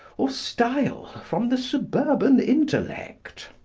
or style from the suburban intellect.